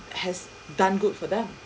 has done good for them